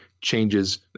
changes